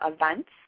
events